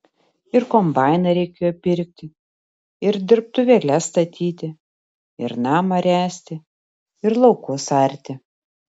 ir kombainą reikėjo pirkti ir dirbtuvėles statyti ir namą ręsti ir laukus arti